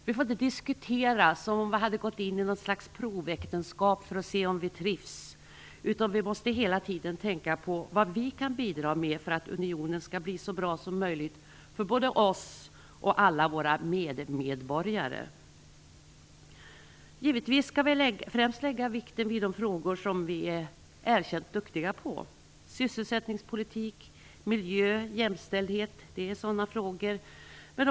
Vi får inte diskutera som om vi hade ingått något slags proväktenskap för att se om vi trivs, utan vi måste hela tiden tänka på vad vi kan bidra med för att unionen skall bli så bra som möjligt - både för oss och alla våra medmedborgare. Givetvis skall vi främst lägga vikten vid de frågor som vi i Sverige är erkänt duktiga på. Sådana frågor är sysselsättningspolitik, miljö och jämställdhet.